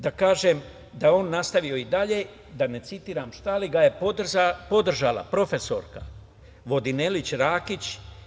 Da kažem da je on nastavio i dalje, da ne citiram, šta, ali ga je podržala profesorka Vodinelić Rakić.